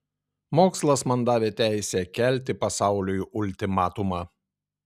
mokslas man davė teisę kelti pasauliui ultimatumą